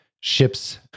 ship's